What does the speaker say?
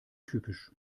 typisch